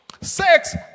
Sex